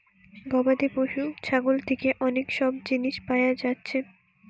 গবাদি পশু ছাগল থিকে অনেক সব জিনিস পায়া যাচ্ছে